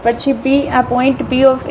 પછી પી આ point P ab